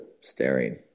staring